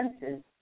senses